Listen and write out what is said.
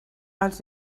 als